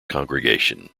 congregation